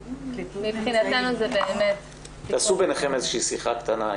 מבחינתנו זה באמת --- תעשו ביניכם שיחה קטנה.